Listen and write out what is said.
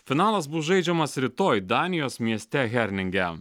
finalas bus žaidžiamas rytoj danijos mieste herninge